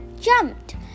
jumped